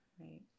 right